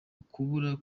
ukubura